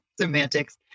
semantics